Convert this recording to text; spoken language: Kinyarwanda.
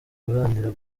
guharanira